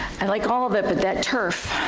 i like all of it, but that turf,